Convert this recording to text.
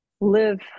live